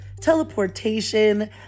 teleportation